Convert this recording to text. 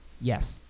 Yes